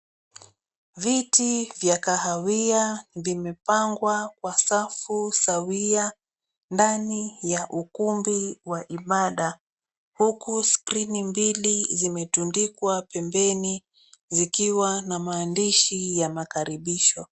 Viti vya kahawia vimepangwa kwa safu sawia ndani ya ukumbi wa ibada, huku screen mbili zimetundikwa pembeni zikiwa na maandishi ya makaribisho.